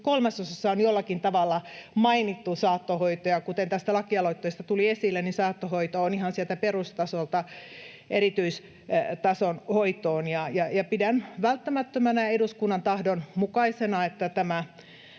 kolmasosassa on jollakin tavalla mainittu saattohoito. Kuten tässä lakialoitteessa tuli esille, saattohoitoa on ihan sieltä perustasolta erityistason hoitoon, ja pidän välttämättömänä ja eduskunnan tahdon mukaisena, että tämä